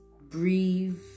breathe